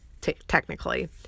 technically